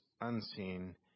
unseen